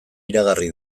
iragarri